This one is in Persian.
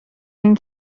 این